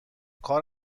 کار